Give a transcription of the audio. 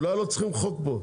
אולי לא צריך פה חוק,